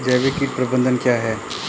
जैविक कीट प्रबंधन क्या है?